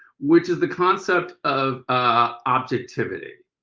which is the concept of ah objectivity.